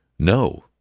No